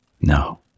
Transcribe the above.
No